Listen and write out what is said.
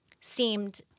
seemed